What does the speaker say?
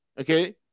Okay